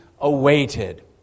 awaited